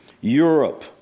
Europe